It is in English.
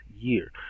year